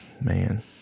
Man